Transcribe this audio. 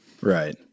Right